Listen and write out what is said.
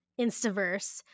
Instaverse